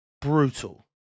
brutal